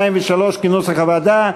2 ו-3 כנוסח הוועדה.